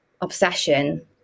obsession